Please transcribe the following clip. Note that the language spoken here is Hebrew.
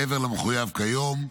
מעבר למחויב כיום,